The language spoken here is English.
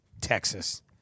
Texas